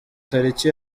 tariki